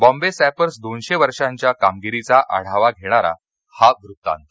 Bombay sappers दोनशे वर्षांच्या कामगिरीचा आढावा घेणारा हा वत्तांत